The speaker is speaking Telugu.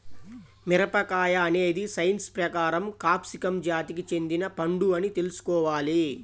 మిరపకాయ అనేది సైన్స్ ప్రకారం క్యాప్సికమ్ జాతికి చెందిన పండు అని తెల్సుకోవాలి